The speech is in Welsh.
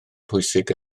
pwysig